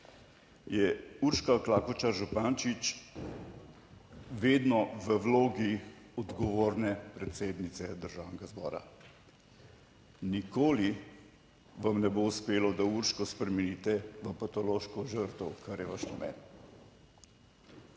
je Urška Klakočar Zupančič vedno v vlogi odgovorne predsednice Državnega zbora. Nikoli vam ne bo uspelo, da Urško spremenite v patološko žrtev, kar je vaš namen.